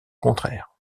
contraire